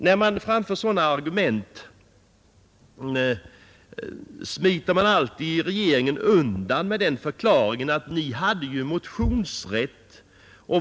När man framför sådana argument smiter emellertid regeringen alltid undan med motfrågan: ”Ni hade ju motionsrätt.